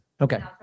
Okay